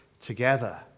together